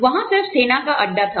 वहां सिर्फ सेना का अड्डा था